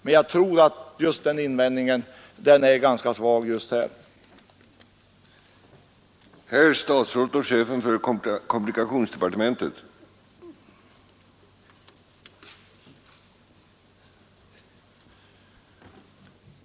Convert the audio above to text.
Men jag tror att den invändning kommunikationsministern här anfört är ganska svag i sammanhanget.